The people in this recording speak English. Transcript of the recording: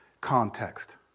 context